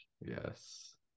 Yes